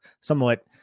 somewhat